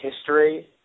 history